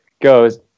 goes